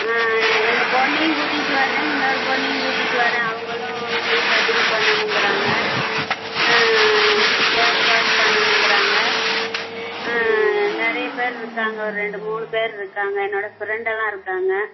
ஆ எங்கள் பெண்ணையும் கூட்டிக்கிட்டு வர்றேன் இன்னொரு பெண்ணையும் கூட்டிட்டு வர்றேன் அவங்களும் முடி கட்டிங் பண்ணணுங்கிறாங்க ஃபேஸ் வாஷ் பண்ணணுங்கிறாங்க நிறைய பேர் இருக்காங்க ஒரு ரெண்டு மூணு பேர் இருக்காங்க என்னோட ஃப்ரெண்டெல்லாம் இருக்காங்க